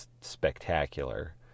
spectacular